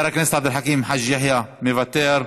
חבר הכנסת עבד אל חכים חאג' יחיא, מוותר,